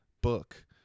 book